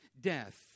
death